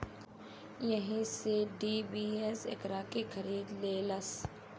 एही से डी.बी.एस एकरा के खरीद लेलस